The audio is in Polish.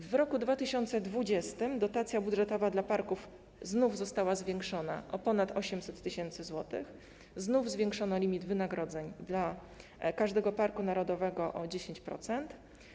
W roku 2020 dotacja budżetowa dla parków znów została zwiększona o ponad 800 tys. zł, znowu zwiększono limit wynagrodzeń pracowników każdego parku narodowego o 10%.